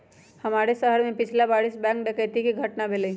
हमरे शहर में पछिला बरिस बैंक डकैती कें घटना भेलइ